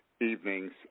evenings